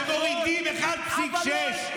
כשמורידים 1.6,